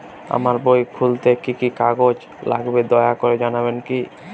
আমার বই খুলতে কি কি কাগজ লাগবে দয়া করে জানাবেন কি?